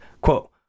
Quote